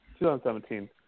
2017